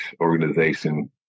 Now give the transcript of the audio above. organization